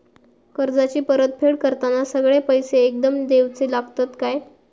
कर्जाची परत फेड करताना सगळे पैसे एकदम देवचे लागतत काय?